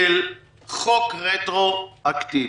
של חוק רטרואקטיבי,